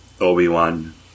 Obi-Wan